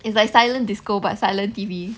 it's like silent disco but silent T_V